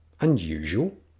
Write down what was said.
Unusual